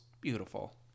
beautiful